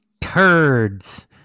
turds